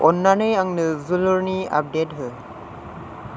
अन्नानै आंनो जोलुरनि आपडेट हो